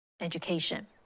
education